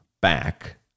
back